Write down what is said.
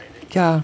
yeah